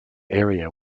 area